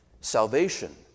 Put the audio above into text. salvation